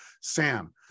Sam